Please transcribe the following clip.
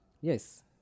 Yes